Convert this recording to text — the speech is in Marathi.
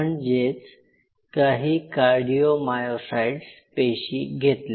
म्हणजेच काही कार्डिओमायोसाइट्स पेशी घेतल्या